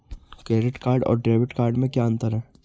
Credit card और debit card में क्या अंतर है?